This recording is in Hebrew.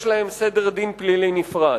יש להם סדר דין פלילי נפרד.